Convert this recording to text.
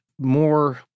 more